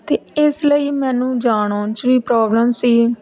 ਅਤੇ ਇਸ ਲਈ ਮੈਨੂੰ ਜਾਣ ਆਉਣ 'ਚ ਵੀ ਪ੍ਰੋਬਲਮ ਸੀ